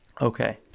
Okay